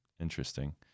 Interesting